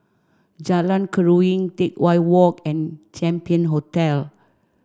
Jalan Keruing Teck Whye Walk and Champion Hotel